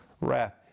wrath